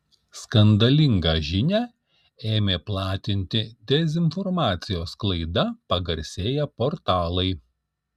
skandalingą žinią ėmė platinti dezinformacijos sklaida pagarsėję portalai